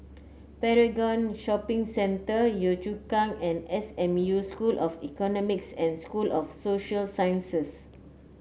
Paragon Shopping Centre Yio Chu Kang and S M U School of Economics and School of Social Sciences